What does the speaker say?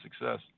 success